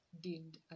deemed